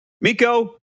Miko